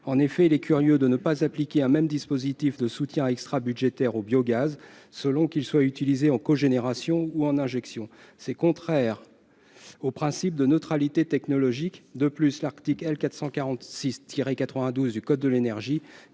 En effet, il est curieux de ne pas appliquer un même dispositif de soutien extrabudgétaire au biogaz selon qu'il est utilisé en cogénération ou en injection. C'est contraire au principe de neutralité technologique. De plus, l'article L. 446-92 du code de l'énergie